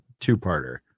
two-parter